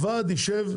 הוועד ישב.